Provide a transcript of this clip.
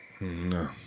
no